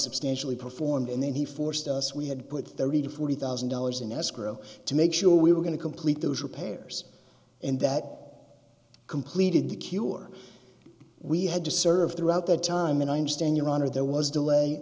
substantially performed and then he forced us we had put thirty to forty thousand dollars in escrow to make sure we were going to complete those repairs and that completed the cure we had to serve throughout that time and i understand your honor there was a delay